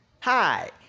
Hi